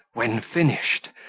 when finished,